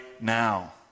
now